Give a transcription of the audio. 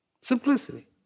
Simplicity